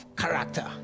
character